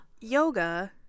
yoga